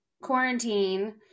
quarantine